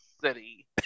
City